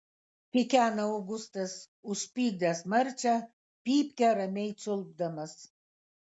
kikena augustas užpykdęs marčią pypkę ramiai čiulpdamas